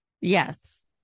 Yes